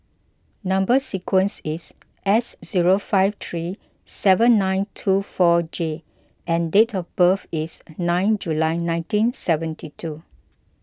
Number Sequence is S zero five three seven nine two four J and date of birth is nine July nineteen seventy two